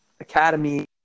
Academy